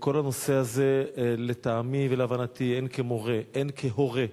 כל הנושא הזה, לטעמי ולהבנתי, הן כמורה, הן כהורה,